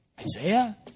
Isaiah